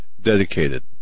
dedicated